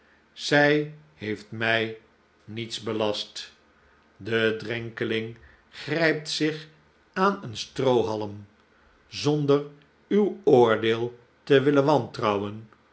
zij heeft mij niets belast de drenkeling grijpt zich aan een stroohalm zonder uw oordeel te willen wantrouwen